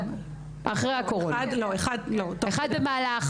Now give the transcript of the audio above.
אחד במהלך